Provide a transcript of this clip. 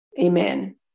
Amen